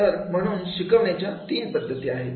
तर म्हणून शिकवण्याचे तीन पद्धती आहेत